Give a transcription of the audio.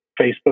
Facebook